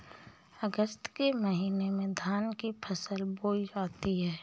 अगस्त के महीने में धान की फसल बोई जाती हैं